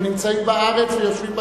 שנמצאים בארץ ויושבים בכנסת.